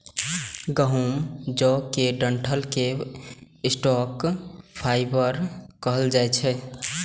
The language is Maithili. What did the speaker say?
गहूम, जौ के डंठल कें स्टॉक फाइबर कहल जाइ छै